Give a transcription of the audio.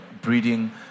breeding